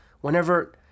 whenever